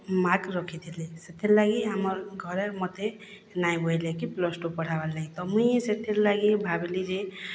mark ରଖିଥିଲି ସେଥିର୍ ଲାଗି ଆମର୍ ଘରେ ମତେ ନାଇଁ ବଏଲେ କି ପ୍ଲସ୍ ଟୁ ପଢ଼୍ବାର୍ ଲାଗି ତ ମୁଇଁ ସେଥିର୍ ଲାଗି ଭାବ୍ଲି ଯେ